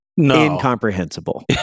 incomprehensible